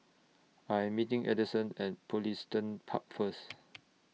I Am meeting Adison At Pugliston Park First